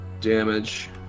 damage